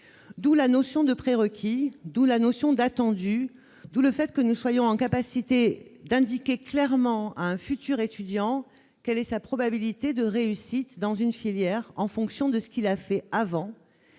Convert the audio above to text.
d'où la notion de pré-requis, d'où la notion d'attendu tout le fait que nous soyons en capacité d'indiquer clairement à un futur étudiant, quelle est sa probabilité de réussite dans une filière en fonction de ce qu'il a fait avant